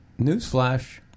Newsflash